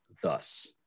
thus